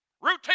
Routine